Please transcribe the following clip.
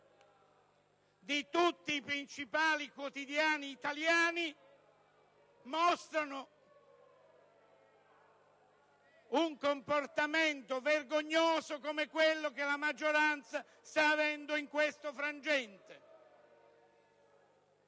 di tutti i principali quotidiani italiani mostrano un comportamento vergognoso come quello che la maggioranza sta avendo in questo frangente.